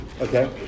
Okay